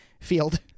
field